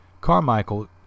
Carmichael